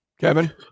Kevin